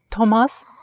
Thomas